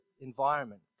environment